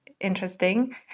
interesting